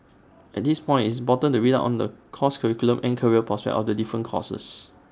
at this point IT is important to read on the course curriculum and career prospects of the different courses